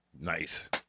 Nice